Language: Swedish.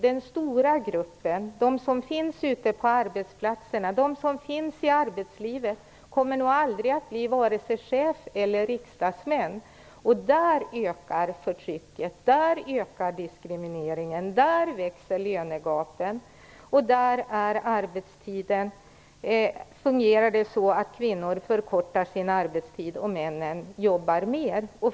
Den stora gruppen kvinnor som finns ute på arbetsplatserna och i arbetslivet kommer nog aldrig att bli vare sig chefer eller riksdagsmän. Där ökar förtrycket och diskrimineringen och där växer lönegapen. Det fungerar så att kvinnor förkortar sin arbetstid medan männen jobbar mer.